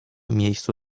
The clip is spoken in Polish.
miejscu